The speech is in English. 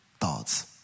thoughts